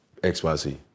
XYZ